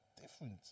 different